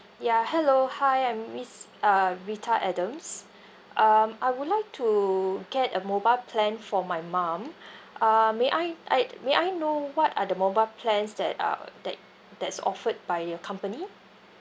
ya hello hi I'm miss uh rita adams um I would like to get a mobile plan for my mum uh may I I'd may I know what are the mobile plans that are that that's offered by your company